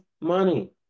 money